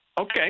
Okay